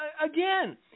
Again